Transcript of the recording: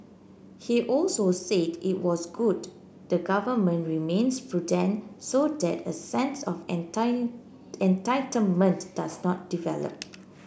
he also said it was good the Government remains prudent so that a sense of entitlement does not develop